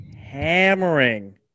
hammering